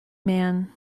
man